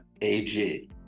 AG